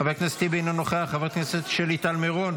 חבר הכנסת נאור שירי, מוותר, חברת הכנסת מרב כהן,